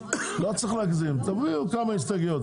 לא צריך להגזים יכולות להיות כמה הסתייגויות,